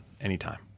anytime